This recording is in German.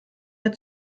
der